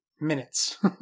minutes